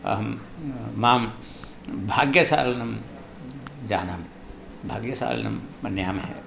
अहं मां भाग्यशालीनः जानामि भाग्यशालीनः मन्यामहे